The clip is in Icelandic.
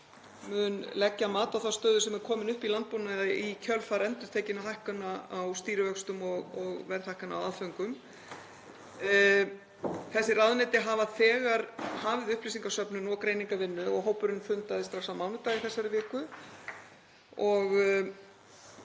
mun leggja mat á þá stöðu sem er komin upp í landbúnaði í kjölfar endurtekinna hækkana á stýrivöxtum og verðhækkana á aðföngum. Þessi ráðuneyti hafa þegar hafið upplýsingasöfnun og greiningarvinnu og hópurinn fundaði strax á mánudag í þessari viku.